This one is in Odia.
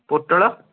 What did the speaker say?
ପୋଟଳ